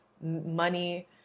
money